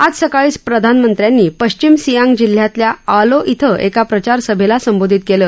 आज सकाळी प्रधानमंत्र्यांनी पश्चिम सियांग जिल्ह्यातल्या आलो एका प्रचार सभेला संबोधित केलं